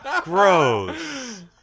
Gross